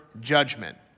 judgment